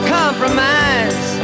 compromise